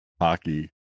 hockey